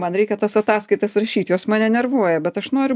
man reikia tas ataskaitas rašyt jos mane nervuoja bet aš noriu